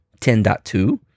10.2